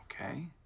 Okay